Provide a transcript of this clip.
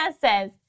says